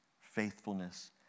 faithfulness